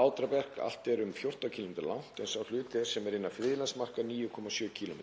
Látrabjarg allt er um 14 km langt en sá hluti þess sem er innan friðlandsmarka er 9,7 km.